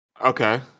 Okay